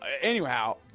Anyhow